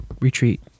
retreat